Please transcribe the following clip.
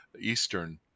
Eastern